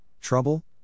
trouble